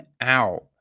out